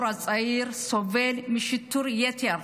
הדור הצעיר, סובל משיטור יתר,